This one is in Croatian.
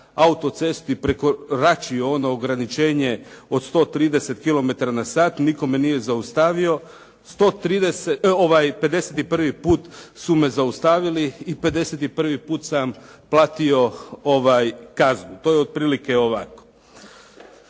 autocesti prekoračio ono ograničenje od 130 km na sat, nitko me nije zaustavio, 51. put su me zaustavili i 51. put sam platio kaznu. To je otprilike ovako.